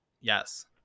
Yes